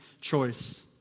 choice